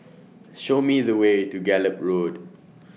Show Me The Way to Gallop Road